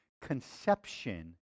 conception